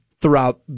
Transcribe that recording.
throughout